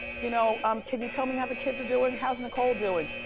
you know um can you tell me how the kids are doing? how's nicole doing?